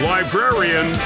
Librarian